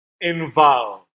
involved